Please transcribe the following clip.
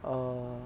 err